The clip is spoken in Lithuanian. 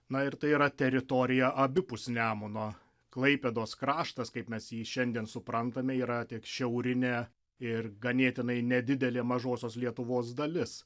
na ir tai yra teritorija abipus nemuno klaipėdos kraštas kaip mes jį šiandien suprantame yra tiek šiaurinė ir ganėtinai nedidelė mažosios lietuvos dalis